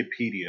Wikipedia